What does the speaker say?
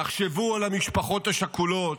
תחשבו על המשפחות השכולות.